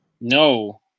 No